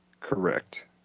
Correct